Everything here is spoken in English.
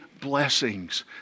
blessings